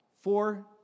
four